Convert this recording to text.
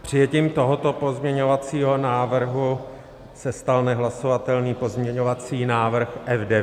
Přijetím tohoto pozměňovacího návrhu se stal nehlasovatelným pozměňovací návrh F9.